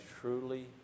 truly